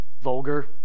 Vulgar